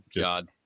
god